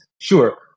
Sure